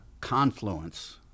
confluence